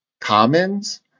commons